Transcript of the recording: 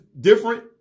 different